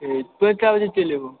ठीक होइ कए बजे चैलि अयबहो